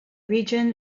region